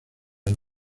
and